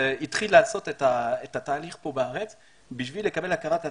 והתחיל לעשות את התהליך כאן בארץ כדי לקבל את הכרת התואר.